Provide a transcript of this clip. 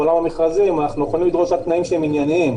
בעולם המכרזים אנחנו יכולים לדרוש רק תנאים שהם ענייניים.